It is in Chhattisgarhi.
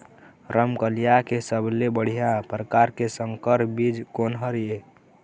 रमकलिया के सबले बढ़िया परकार के संकर बीज कोन हर ये?